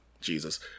Jesus